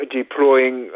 deploying